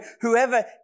Whoever